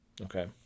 Okay